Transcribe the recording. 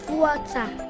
water